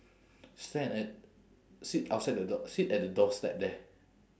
stand at sit outside the door sit at the doorstep there